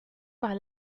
par